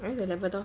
went to labrador